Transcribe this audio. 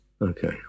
Okay